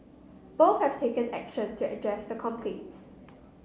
both have taken action to address the complaints